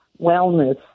wellness